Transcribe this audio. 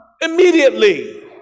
immediately